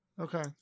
Okay